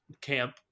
camp